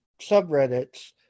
subreddits